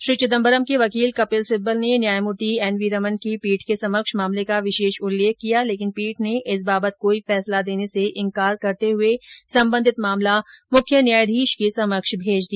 श्री चिदम्बरम के वकील कपिल सिब्बल ने न्यायमूर्ति एन वी रमन की पीठ के समक्ष मामले का विशेष उल्लेख किया लेकिन पीठ ने इस बाबत कोई फैसला देने से इंकार करते हुए संबंधित मामला मुख्य न्यायाधीश के समक्ष भेज दिया